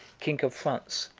king of france.